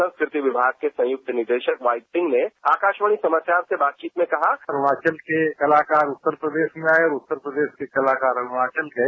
संस्कृति विभाग के संयुक्त निदेशक वाईपीसिंह ने आकाशवाणी समाचार से बातचीत में कहा अरुणाचल के कलाकार उत्तर प्रदेश में आए और उत्तर प्रदेश के अरुणाचल प्रदेश गए